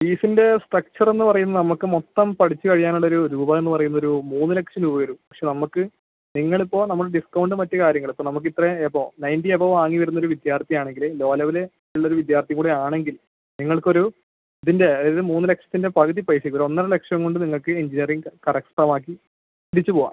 ഫീസിൻ്റെ സ്ട്രക്ച്ചർ എന്ന് പറയുന്നത് നമുക്ക് മൊത്തം പഠിച്ച് കഴിയാനുള്ളൊരു രൂപ എന്ന് പറയുന്നത് ഒരു മൂന്ന് ലക്ഷം രൂപ വരും പക്ഷെ നമുക്ക് നിങ്ങളിപ്പോൾ നമ്മൾ ഡിസ്കൗണ്ട് മറ്റ് കാര്യങ്ങൾ ഇപ്പോൾ നമുക്കിത്ര എബോവ് നൈൻറ്റി എബോവ് വാങ്ങി വരുന്നൊരു വിദ്യാർത്ഥി ആണെങ്കിൽ ലോ ലെവല് ഉള്ളൊരു വിദ്യാർത്ഥി കൂടി ആണെങ്കിൽ നിങ്ങൾക്കൊരു ഇതിൻ്റെ അതായത് മൂന്ന് ലക്ഷത്തിൻ്റെ പകുതി പൈസക്ക് ഒരു ഒന്നര ലക്ഷം കൊണ്ട് നിങ്ങൾക്ക് എഞ്ചിനീയറിംഗ് കരസ്ഥമാക്കി തിരിച്ച് പോവാം